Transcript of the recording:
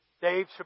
Dave